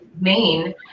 main